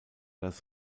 das